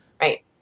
Right